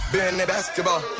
bentley basketball,